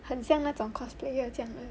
很像那种 cosplayer 这样